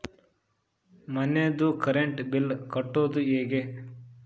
ಮನಿದು current bill ಕಟ್ಟೊದು ಹೇಗೆ?